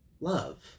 love